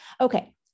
Okay